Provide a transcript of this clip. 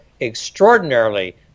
extraordinarily